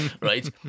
right